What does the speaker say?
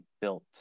built